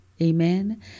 Amen